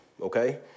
Okay